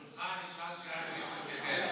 ברשותך, אני אשאל שאלה כדי שתתייחס: